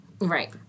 Right